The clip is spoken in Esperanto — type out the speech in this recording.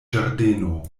ĝardeno